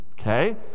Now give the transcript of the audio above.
Okay